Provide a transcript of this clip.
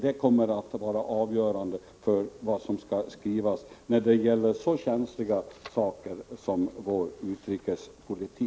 Det kommer att vara avgörande för vad som skall skrivas när det gäller så känsliga saker som vår utrikespolitik.